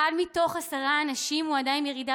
אחד מתוך עשרה אנשים הוא אדם עם ירידה